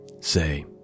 say